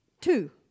two